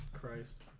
Christ